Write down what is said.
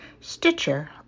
Stitcher